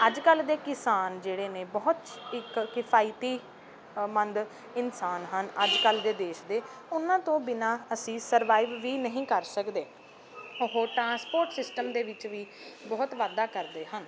ਅੱਜ ਕੱਲ੍ਹ ਦੇ ਕਿਸਾਨ ਜਿਹੜੇ ਨੇ ਬਹੁਤ ਇੱਕ ਕਿਫਾਇਤੀ ਮੰਦ ਇਨਸਾਨ ਹਨ ਅੱਜ ਕੱਲ੍ਹ ਦੇ ਦੇਸ਼ ਦੇ ਉਹਨਾਂ ਤੋਂ ਬਿਨ੍ਹਾਂ ਅਸੀਂ ਸਰਵਾਈਵ ਵੀ ਨਹੀਂ ਕਰ ਸਕਦੇ ਉਹ ਟ੍ਰਾਂਸਪੋਰਟ ਸਿਸਟਮ ਦੇ ਵਿੱਚ ਵੀ ਬਹੁਤ ਵਾਧਾ ਕਰਦੇ ਹਨ